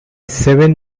seven